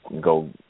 go